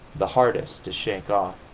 the hardest to shake off!